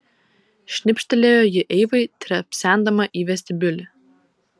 šnipštelėjo ji eivai trepsendama į vestibiulį